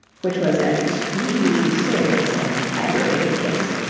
which was an extremely serious and aggravated case,